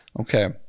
Okay